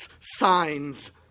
signs